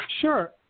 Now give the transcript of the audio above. Sure